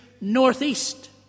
northeast